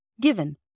Given